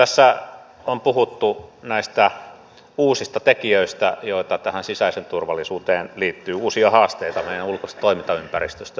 tässä on puhuttu näistä uusista tekijöistä joita tähän sisäiseen turvallisuuteen liittyy uusia haasteita meidän ulkoisesta toimintaympäristöstämme